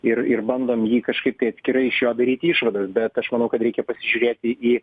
ir ir bandom jį kažkaip tai atskirai iš jo daryti išvadas bet aš manau kad reikia pasižiūrėti į